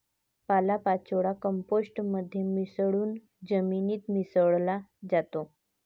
पालापाचोळा कंपोस्ट मध्ये मिसळून जमिनीत मिसळला जातो